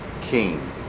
King